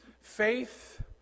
Faith